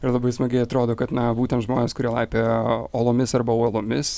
ir labai smagiai atrodo kad na būtent žmonės kurie laipioja olomis arba uolomis